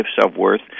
self-worth